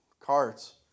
carts